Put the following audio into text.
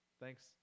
Thanks